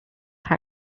how